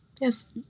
yes